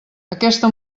aquesta